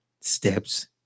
steps